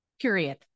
period